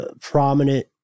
prominent